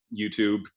YouTube